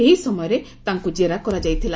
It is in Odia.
ଏହି ସମୟରେ ତାଙ୍କୁ ଜେରା କରାଯାଇଥିଲା